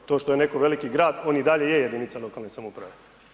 To što je netko veliki grad, on i dalje je jedinica lokalne samouprave.